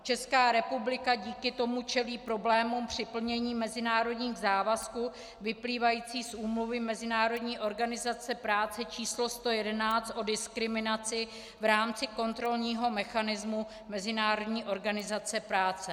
Česká republika díky tomu čelí problémům při plnění mezinárodních závazků vyplývajících z úmluvy Mezinárodní organizace práce č. 111 o diskriminaci v rámci kontrolního mechanismu Mezinárodní organizace práce.